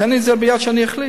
תן לי את זה ביד, שאני אחליט.